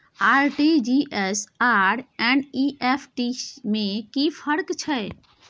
RTG S आर NEFT में कि फर्क छै?